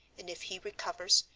and if he recovers,